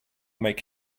make